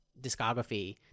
discography